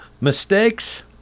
mistakes